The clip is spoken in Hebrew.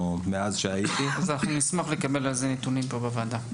אנחנו נשמח לקבל את הנתונים האלה פה בוועדה.